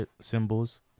symbols